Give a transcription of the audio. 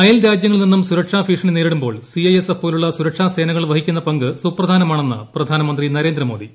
അയൽ രാജ്യങ്ങളിൽ ് നിന്നും സുരക്ഷാ ഭീഷണി നേരിടുമ്പോൾ സ്ട്രീകൃഷി എസ്എഫ് പോലുള്ള സുരക്ഷാ സേനകൾ വഹിക്കുന്ന പങ്ക് സുപ്രധാനമാണെന്ന് പ്രധാനമന്ത്രി നരേന്ദ്രമോദി